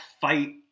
fight